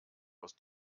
aus